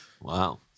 Wow